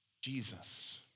Jesus